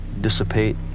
dissipate